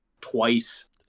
twice